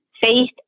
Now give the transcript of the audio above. faith